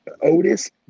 Otis